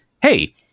hey